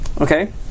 Okay